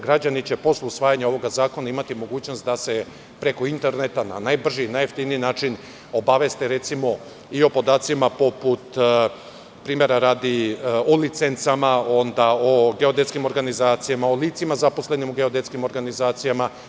Građani će, posle usvajanja ovog zakona, imati mogućnost da se preko interneta na najbrži i najjeftiniji način obaveste, recimo, i o podacima, primera radi, o licencama, o geodetskim organizacijama, o licima zaposlenim u geodetskim organizacijama.